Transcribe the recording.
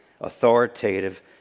authoritative